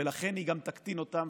ולכן היא גם תקטין אותם.